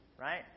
Right